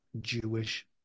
Jewish